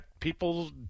people